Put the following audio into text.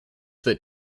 that